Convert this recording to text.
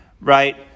right